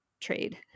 trade